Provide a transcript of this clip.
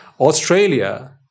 Australia